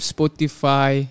Spotify